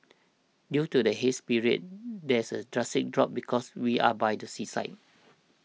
due to the haze period there a drastic drop because we are by the seaside